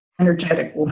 energetic